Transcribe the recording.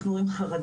אנחנו רואים חרדה,